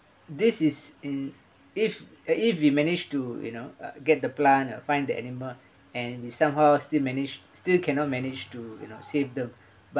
this is in if if we manage to you know uh get the plant or find the animal and we somehow still managed still cannot manage to you know save them